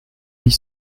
huit